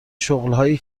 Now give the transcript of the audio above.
شغلهایی